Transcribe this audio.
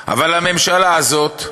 הממשלה הזאת,